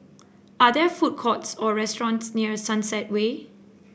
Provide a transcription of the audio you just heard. are there food courts or restaurants near Sunset Way